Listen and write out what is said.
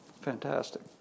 Fantastic